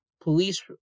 police